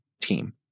team